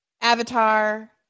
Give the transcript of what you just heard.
avatar